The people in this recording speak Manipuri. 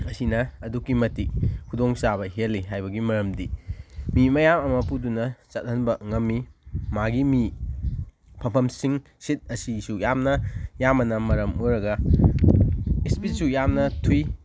ꯑꯁꯤꯅ ꯑꯗꯨꯛꯀꯤ ꯃꯇꯤꯛ ꯈꯨꯗꯣꯡ ꯆꯥꯕ ꯍꯦꯜꯂꯤ ꯍꯥꯏꯕꯒꯤ ꯃꯔꯝꯗꯤ ꯃꯤ ꯃꯌꯥꯝ ꯑꯃ ꯄꯨꯗꯨꯅ ꯆꯠꯍꯟꯕ ꯉꯝꯃꯤ ꯃꯥꯒꯤ ꯃꯤ ꯐꯝꯐꯝꯁꯤꯡ ꯁꯤꯠ ꯑꯁꯤꯁꯨ ꯌꯥꯝꯅ ꯌꯥꯝꯕꯅ ꯃꯔꯝ ꯑꯣꯏꯔꯒ ꯁ꯭ꯄꯤꯠꯁꯨ ꯌꯥꯝꯅ ꯊꯨꯏ